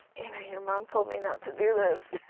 you know your mom told me not to do this.